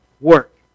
work